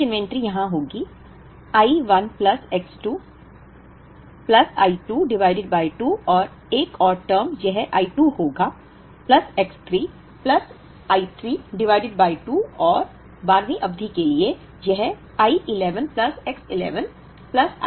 average inventory यहां होगी I 1 plus X 2 plus I 2 divided by 2 और एक और टर्म यह I 2 होगा plus X 3 plus I 3 divided by 2 और 12 वीं अवधि के लिए यह I 11 plus X 11 plus I 12 होगा